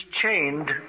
chained